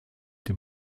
dem